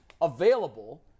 available